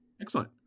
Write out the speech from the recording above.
excellent